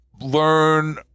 learn